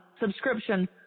subscription